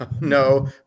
no